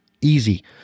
easy